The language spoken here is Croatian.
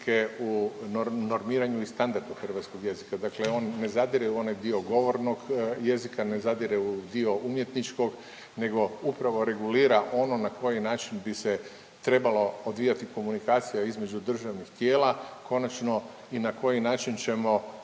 u normiranju i standardu hrvatskog jezika. Dakle, on ne zadire u onaj dio govornog jezika, ne zadire u dio umjetničkog nego upravo regulira ono na koji način bi se trebalo odvijati komunikacija između državnih tijela, konačno i na koji način ćemo